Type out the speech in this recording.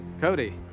Cody